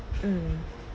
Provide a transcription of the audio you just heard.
mm